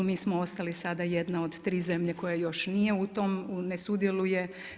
Mi smo ostali sada jedna od tri zemlje koja još nije u tom, ne sudjeluje.